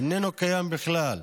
איננו קיים בכלל,